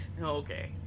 Okay